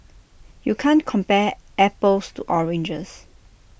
you can't compare apples to oranges